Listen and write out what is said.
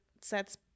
sets